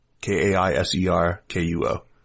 K-A-I-S-E-R-K-U-O